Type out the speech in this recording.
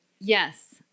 yes